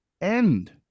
end